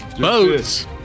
boats